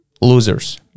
losers